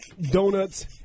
donuts